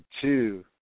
Two